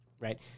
right